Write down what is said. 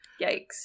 Yikes